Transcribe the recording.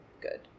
good